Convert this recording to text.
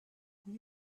will